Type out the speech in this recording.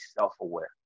self-aware